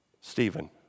Stephen